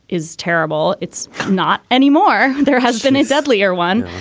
is terrible. it's not anymore. there has been a deadlier one.